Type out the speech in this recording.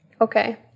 Okay